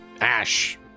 ash